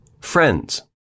Friends